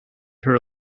her